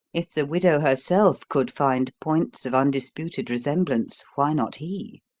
if the widow herself could find points of undisputed resemblance, why not he?